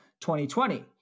2020